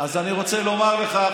אז אני רוצה לומר לך,